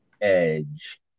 edge